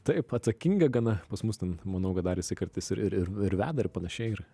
taip atsakinga gana pas mus ten manau kad dar jisai kartais ir ir ir veda ir panašiai ir